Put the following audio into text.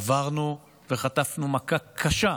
עברנו וחטפנו מכה קשה,